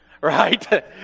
right